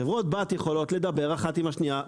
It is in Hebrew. חברות בת יכולות לדבר אחת עם השנייה,